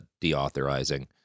deauthorizing